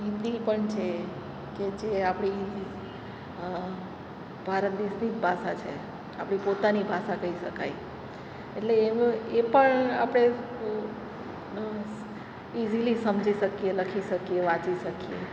હિન્દી પણ છે કે જે આપણી ભારત દેશની જ ભાષા છે આપણી પોતાની ભાષા કહી શકાય એટલે એ પણ આપણે ઈજીલી સમજી શકીએ લખી શકીએ વાંચી શકીએ